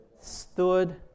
Stood